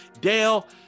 Dale